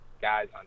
guys